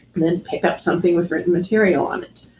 then pick up something with written material on it.